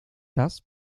das